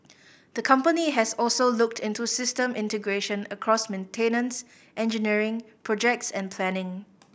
the company has also looked into system integration across maintenance engineering projects and planning